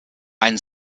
ein